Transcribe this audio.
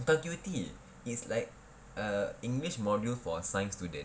bukan Q_E_T is like err english module for science student